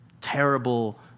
terrible